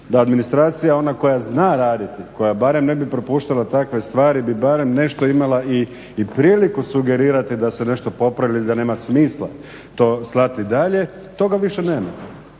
da administracija ona koja zna raditi i koja barem ne bi propuštala takve stvari bi barem nešto imala i priliku sugerirati da se nešto popravi ili da nema smisla to slati dalje. Toga više nema.